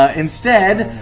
ah instead,